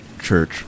church